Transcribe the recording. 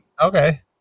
Okay